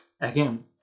again